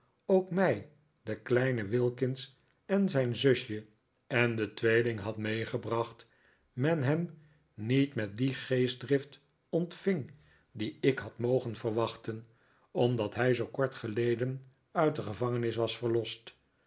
ook mij den kleinen wilkins en zijn zusje en de tweelingen had meegebracht men hem niet met die geestdrift ontving die ik had mogen verwachten omdat hij zoo kort geleden uit de gevangenis was verlost